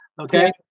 Okay